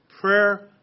prayer